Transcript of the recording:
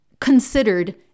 considered